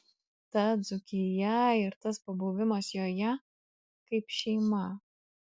ta dzūkija ir tas pabuvimas joje kaip šeima